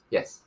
Yes